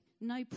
no